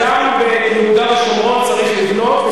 גם ביהודה ושומרון צריך לבנות,